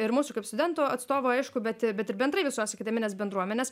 ir mūsų kaip studentų atstovo aišku bet bet ir bendrai visos akademinės bendruomenės